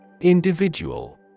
Individual